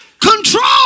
Control